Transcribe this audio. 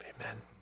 Amen